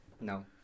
No